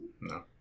No